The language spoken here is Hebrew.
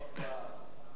הופה.